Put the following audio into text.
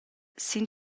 sin